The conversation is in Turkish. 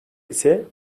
ise